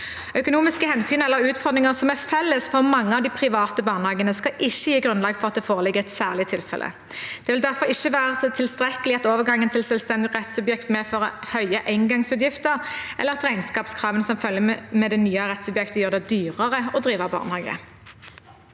Økonomiske hensyn eller utfordringer som er felles for mange av de private barnehagene, skal ikke gi grunnlag for at det foreligger et særlig tilfelle. Det vil derfor ikke være tilstrekkelig at overgangen til selvstendig rettssubjekt medfører høye engangsutgifter, eller at regnskapskravene som følger med det nye rettssubjektet, gjør det dyrere å drive barnehage.